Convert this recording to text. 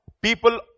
people